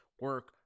Work